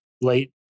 late